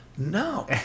No